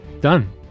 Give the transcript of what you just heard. done